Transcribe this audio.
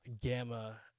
Gamma